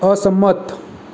અસંમત